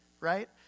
right